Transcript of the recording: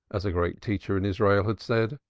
as a great teacher in israel had said.